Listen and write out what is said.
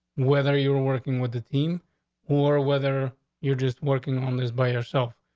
whether you were working with the team or whether you're just working on this by yourself,